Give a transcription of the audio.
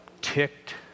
ticked